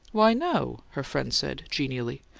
why, no, her friend said, genially.